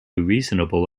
reasonable